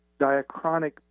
diachronic